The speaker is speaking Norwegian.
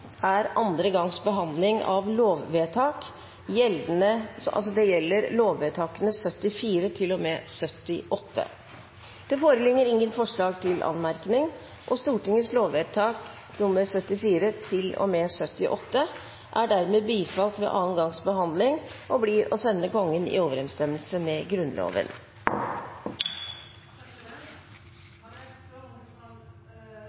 er andre gangs behandling av lovsaker og gjelder lovvedtak nr. 74 til og med lovvedtak nr. 78. Det foreligger ingen forslag til anmerkning, og Stortingets lovvedtak nr. 74 til og med lovvedtak nr. 78 er dermed bifalt ved andre gangs behandling og blir å sende Kongen i overensstemmelse med Grunnloven.